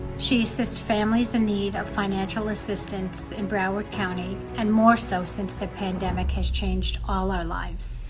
she assists families in need of financial assistance in broward county and more so since the pandemic has changed all our lives.